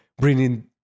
bringing